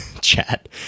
chat